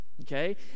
Okay